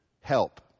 help